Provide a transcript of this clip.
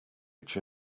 each